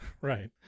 right